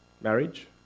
marriage